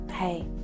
Hey